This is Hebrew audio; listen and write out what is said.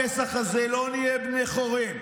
הפסח הזה לא נהיה בני חורין.